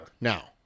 now